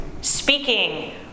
speaking